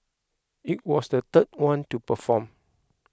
I was the third one to perform